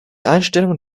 einstellung